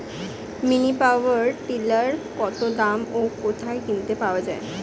Mini power tiller কত দাম ও কোথায় কিনতে পাওয়া যায়?